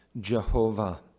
Jehovah